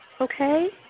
Okay